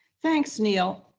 thanks, neil.